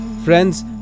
Friends